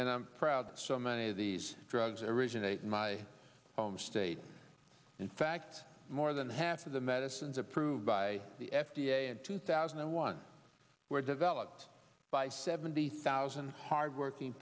and i'm proud so many of these drugs originate in my home state in fact more than half of the medicines approved by the f d a in two thousand and one were developed by seventy thousand hard working